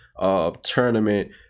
tournament